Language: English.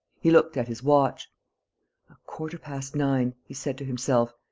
he looked at his watch a quarter-past nine, he said to himself.